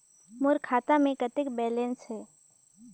मोर खाता मे कतेक बैलेंस हे?